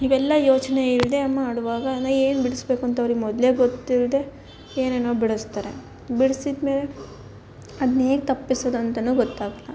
ಇವೆಲ್ಲ ಯೋಚನೆ ಇಲ್ಲದೆ ಮಾಡುವಾಗ ಏನು ಬಿಡಿಸ್ಬೇಕು ಅಂತ ಅವ್ರಿಗೆ ಮೊದಲೇ ಗೊತ್ತಿಲ್ಲದೆ ಏನೇನೋ ಬಿಡಿಸ್ತಾರೆ ಬಿಡಿಸಿದ ಮೇಲೆ ಅದ್ನ ಹೇಗೆ ತಪ್ಪಿಸೋದು ಅಂತನೂ ಗೊತ್ತಾಗೋಲ್ಲ